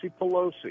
Pelosi